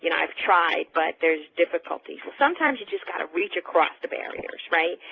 you know i've tried but there's difficulty. so sometimes you've just got to reach across the barriers, right?